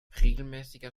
regelmäßiger